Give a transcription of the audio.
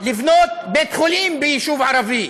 לבנות בית-חולים ביישוב ערבי,